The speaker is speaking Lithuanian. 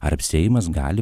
ar seimas gali